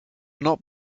not